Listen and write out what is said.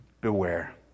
Beware